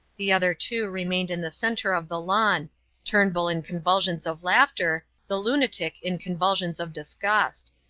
the other two remained in the centre of the lawn turnbull in convulsions of laughter, the lunatic in convulsions of disgust.